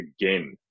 again